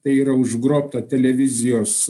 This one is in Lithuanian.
tai yra užgrobtą televizijos